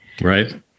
Right